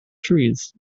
trees